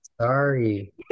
Sorry